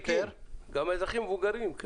גם אזרחים מבוגרים, אזרחים ותיקים.